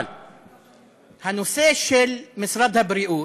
אבל הנושא של משרד הבריאות,